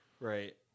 Right